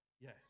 Yes